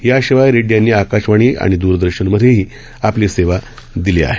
याशिवाय त्यांनी आकाशवाणी आणि दूरदर्शनमधेही आपली सेवा दिली आहे